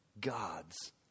God's